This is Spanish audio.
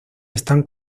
están